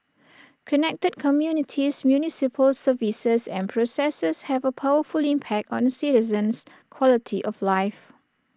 connected communities municipal services and processes have A powerful impact on A citizen's quality of life